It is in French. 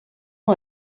nom